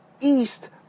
east